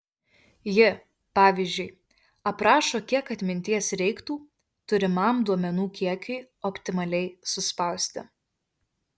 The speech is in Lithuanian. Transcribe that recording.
ji pavyzdžiui aprašo kiek atminties reiktų turimam duomenų kiekiui optimaliai suspausti